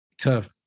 Tough